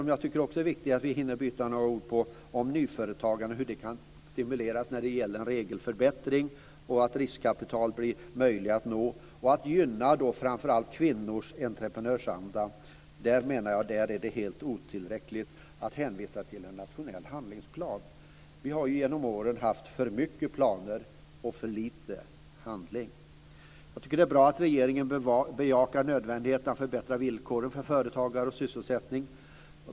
Jag tycker att det är viktigt att vi hinner byta några ord om min fråga om hur nyföretagandet kan stimuleras genom regelförbättringar, hur tillgången till riskkapital kan öka och hur man kan gynna framför allt kvinnors entreprenörsanda. Jag menar att det är helt otillräckligt att hänvisa till en nationell handlingsplan. Vi har genom åren haft för mycket planer och för lite handling. Det är bra att regeringen bejakar nödvändigheten att förbättra villkoren för företagare och sysselsättning.